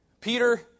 Peter